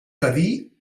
cadí